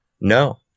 no